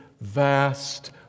vast